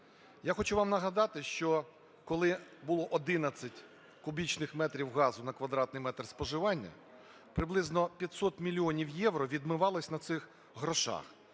Я хочу вам нагадати, що коли було 11 кубічних метрів газу на квадратний метр споживання, приблизно 500 мільйонів євро "відмивалось" на цих грошах.